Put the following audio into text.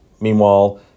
Meanwhile